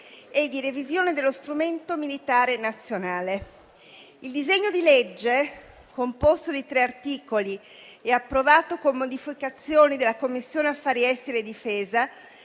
e di revisione dello strumento militare nazionale. Il disegno di legge, composto di tre articoli e approvato con modificazioni della Commissione affari esteri e difesa,